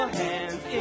hands